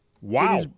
Wow